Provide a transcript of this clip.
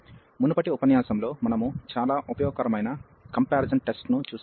మునుపటి ఉపన్యాసంలో మనము చాలా ఉపయోగకరమైన కంపారిజాన్ టెస్ట్ ను చూశాము